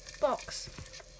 Box